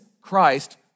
Christ